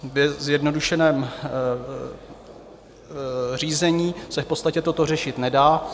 Ve zjednodušeném řízení se v podstatě toto řešit nedá.